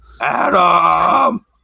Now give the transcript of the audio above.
Adam